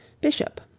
Bishop